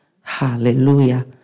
Hallelujah